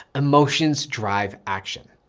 emotions, drive action.